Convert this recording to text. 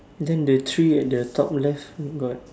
then the tree at the top left got